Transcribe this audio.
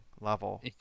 level